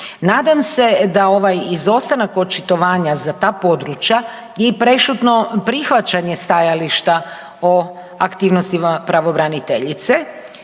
Nadam se da ovaj izostanak očitovanja za to područja i prešutno prihvaćanje stajališta o aktivnosti pravobraniteljice,